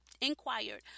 inquired